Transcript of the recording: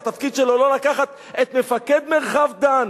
התפקיד שלו לא לקחת את מפקד מרחב דן,